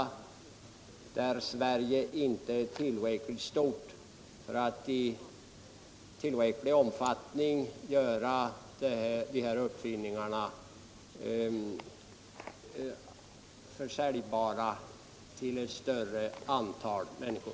Sverige är ju inte nog stort för att uppfinningarna skall kunna säljas till ett större antal människor.